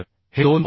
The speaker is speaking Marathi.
तर हे 2